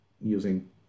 using